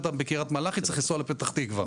דם בקריית מלאכי צריך לנסוע לפתח תקווה.